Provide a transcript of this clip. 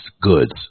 goods